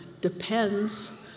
depends